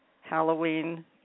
Halloween